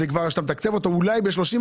אולי אתה מתקצב אותו ב-30%.